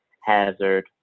Hazard